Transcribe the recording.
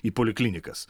į poliklinikas